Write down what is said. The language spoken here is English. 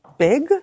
Big